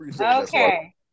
Okay